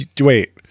Wait